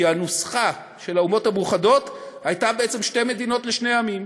כי הנוסחה של האומות המאוחדות הייתה בעצם שתי מדינות לשני עמים.